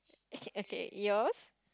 okay okay yours